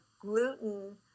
gluten